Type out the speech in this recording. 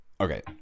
Okay